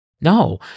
No